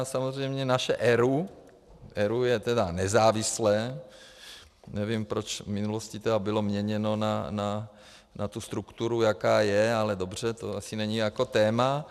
A samozřejmě naše ERÚ ERÚ je teda nezávislé, nevím, proč v minulosti bylo měněno na tu strukturu, jaká je, ale dobře, to asi není jako téma.